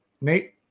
Nate